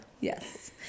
Yes